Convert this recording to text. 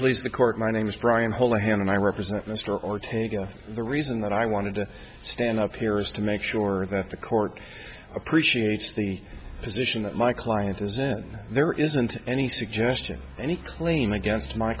please the court my name is brian hold a hand and i represent mr ortega the reason that i wanted to stand up here is to make sure that the court appreciates the position that my client is in there isn't any suggestion any claim against my